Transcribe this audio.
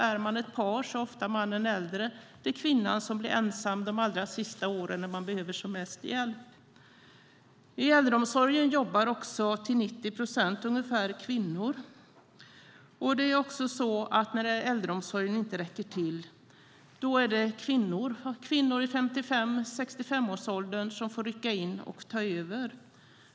Är de ett par är ofta mannen äldre, och det är kvinnan som blir ensam de allra sista åren när hon behöver som mest hjälp. I äldreomsorgen jobbar till 90 procent kvinnor. När äldreomsorgen inte räcker till är det kvinnor i 55-65-årsåldern som får rycka in och ta över.